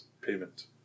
payment